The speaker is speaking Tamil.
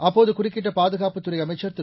அப்போது குறுக்கிட்ட பாதுகாப்புத் துறை அமைச்சர் திரு